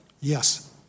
Yes